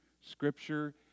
Scripture